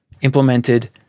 implemented